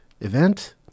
event